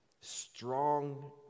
strong